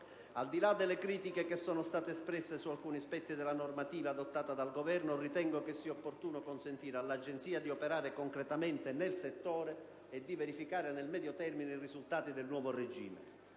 Al di là delle critiche che sono state espresse su alcuni aspetti della normativa d'urgenza adottata dal Governo, ritengo che sia opportuno consentire all'Agenzia di operare concretamente nel settore e di verificare, nel medio termine, i risultati del nuovo regime.